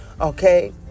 Okay